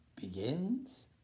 begins